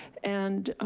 and,